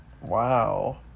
Wow